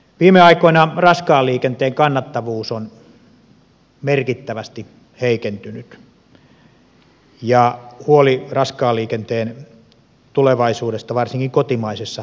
viime aikoina raskaan liikenteen kannattavuus on merkittävästi heikentynyt ja huoli raskaan liikenteen tulevaisuudesta varsinkin kotimaisessa omistuksessa on suuri